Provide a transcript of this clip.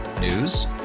News